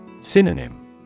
Synonym